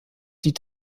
die